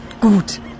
gut